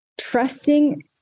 trusting